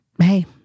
Hey